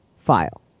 file